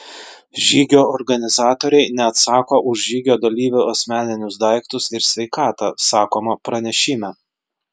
žygio organizatoriai neatsako už žygio dalyvių asmeninius daiktus ir sveikatą sakoma pranešime